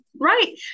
right